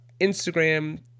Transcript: Instagram